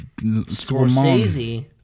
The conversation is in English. Scorsese